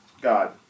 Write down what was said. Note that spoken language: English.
God